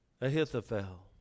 Ahithophel